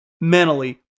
mentally